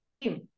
team